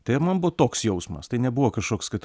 tai man buvo toks jausmas tai nebuvo kažkoks kad